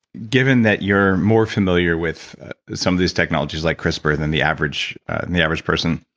given that you're more familiar with some of these technologies like crisper than the average and the average person,